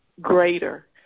Greater